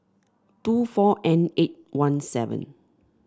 two four N eight one seven